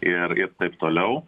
ir ir taip toliau